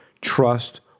trust